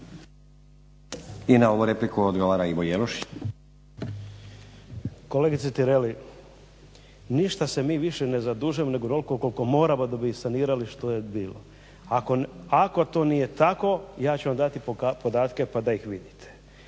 I na ovu repliku odgovara Ivo Jelušić. **Jelušić, Ivo (SDP)** Kolegice Tireli ništa se mi više ne zadužujemo nego onoliko koliko moramo da bi sanirali što je bilo. Ako to nije tako ja ću vam dati podatke pa da ih vidite.